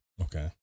Okay